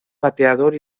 bateador